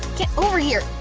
get over here!